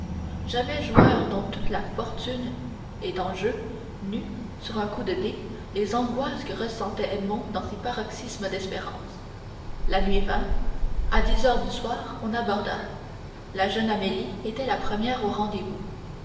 jamais joueur dont toute la fortune est en jeu n'eut sur un coup de dés les angoisses que ressentait edmond dans ses paroxysmes d'espérance la nuit vint à dix heures du soir on aborda la jeune amélie était la première au rendez-vous